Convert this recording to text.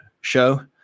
show